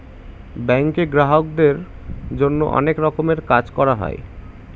ব্যাঙ্কে গ্রাহকদের জন্য অনেক রকমের কাজ করা হয়